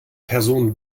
person